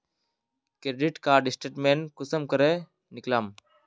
Credit card statement कुंसम करे निकलाम?